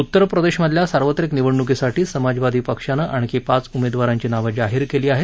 उत्तर प्रदेशमधल्या सार्वत्रिक निवडणुकीसाठी समाजवादी पक्षानं आणखी पाच उमेदवारांची नावं जाहीर केली आहेत